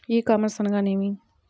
ఈ కామర్స్ అనగా నేమి?